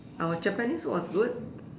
our Japanese was good